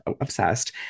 obsessed